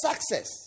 success